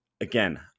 Again